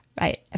right